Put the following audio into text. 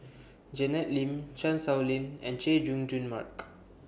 Janet Lim Chan Sow Lin and Chay Jung Jun Mark